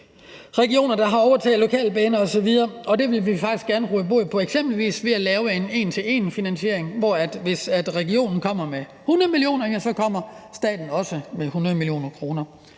regioner, der har overtaget lokalbaner osv., og det vil vi faktisk gerne råde bod på ved at lave en en til en-finansiering, hvor staten, hvis regionen kommer med 100 mio. kr., så også kommer med 100 mio. kr.